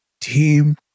team